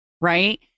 right